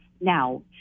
now